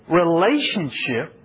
relationship